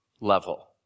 level